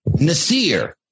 Nasir